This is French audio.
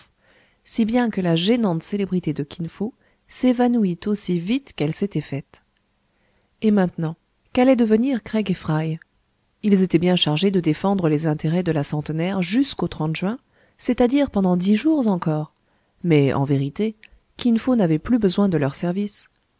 si bien que la gênante célébrité de kin fo s'évanouit aussi vite qu'elle s'était faite et maintenant qu'allaient devenir craig et fry ils étaient bien chargés de défendre les intérêts de la centenaire jusqu'au juin c'est-à-dire pendant dix jours encore mais en vérité kinfo n'avait plus besoin de leurs services